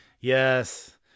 Yes